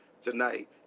tonight